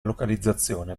localizzazione